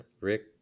Rick